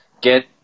Get